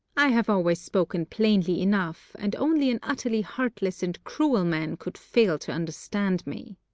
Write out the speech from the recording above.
i have always spoken plainly enough, and only an utterly heartless and cruel man could fail to understand me.